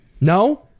No